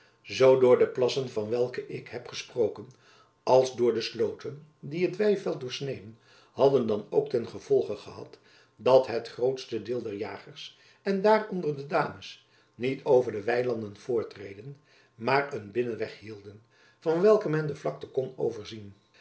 zoo door de plassen van welke ik heb gesprojacob van lennep elizabeth musch ken als door de slooten die het weiveld doorsneden hadden dan ook ten gevolge gehad dat het grootste deel der jagers en daaronder de dames niet over de weilanden voortreden maar een binnenweg hielden van welken men de vlakte kon overzien